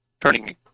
turning